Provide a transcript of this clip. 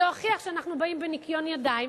להוכיח שאנחנו באים בניקיון ידיים.